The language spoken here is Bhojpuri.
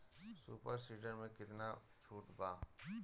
सुपर सीडर मै कितना छुट बा?